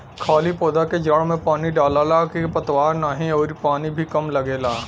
खाली पौधा के जड़ में पानी डालला के खर पतवार नाही अउरी पानी भी कम लगेला